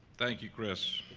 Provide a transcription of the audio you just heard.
thank you, chris.